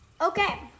Okay